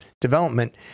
development